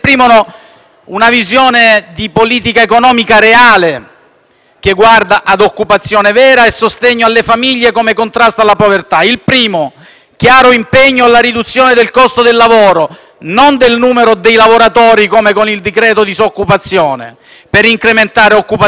che guarda ad un'occupazione vera e al sostegno alle famiglie come contrasto alla povertà. Il primo chiaro impegno è la riduzione del costo del lavoro, non del numero dei lavoratori come con il "decreto disoccupazione". Per incrementare occupazione stabile è necessario andare a tagliare il cuneo contributivo,